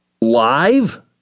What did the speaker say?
Live